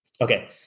Okay